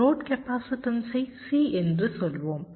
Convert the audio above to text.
load கேபாசிடன்சை C என்று சொல்வோம்